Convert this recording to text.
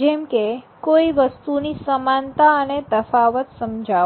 જેમ કે કોઈ વસ્તુની સમાનતા અને તફાવત સમજાવો